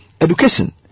education